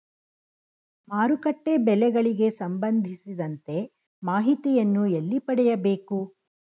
ಮಾರುಕಟ್ಟೆ ಬೆಲೆಗಳಿಗೆ ಸಂಬಂಧಿಸಿದಂತೆ ಮಾಹಿತಿಯನ್ನು ಎಲ್ಲಿ ಪಡೆಯಬೇಕು?